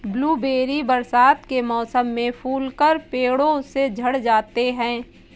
blueberry बरसात के मौसम में फूलकर पेड़ों से झड़ जाते हैं